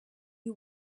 you